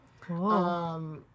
Cool